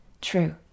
true